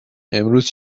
امروز